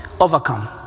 overcome